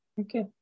okay